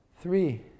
three